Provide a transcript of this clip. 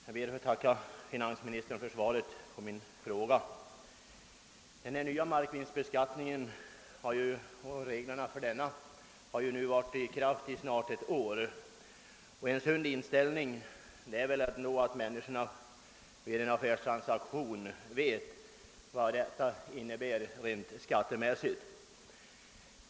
Herr talman! Jag ber att få tacka finansministern för svaret på min fråga. Den nya markvinstbeskattningen och reglerna för denna har nu varit i kraft snart ett år. En sund inställning borde ändå vara att människor vid en affärstransaktion skall veta vad denna innebär rent skattemässigt.